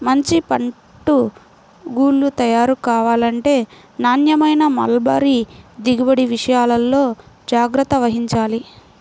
మంచి పట్టు గూళ్ళు తయారు కావాలంటే నాణ్యమైన మల్బరీ దిగుబడి విషయాల్లో జాగ్రత్త వహించాలి